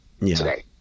today